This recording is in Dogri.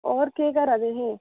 होर केह् करादे हे